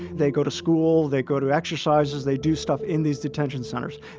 they go to school. they go to exercises. they do stuff in these detention centers.